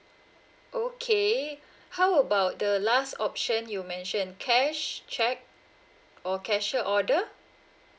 okay how about the last option you mentioned cash cheque or cashier order